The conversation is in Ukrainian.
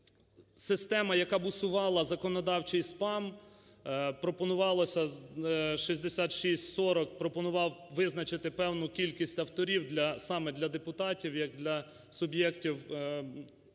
система, яка б усувала законодавчий спам, пропонувалося 6640, пропонував визначити певну кількість авторів саме для депутатів як для суб'єктів